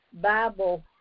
Bible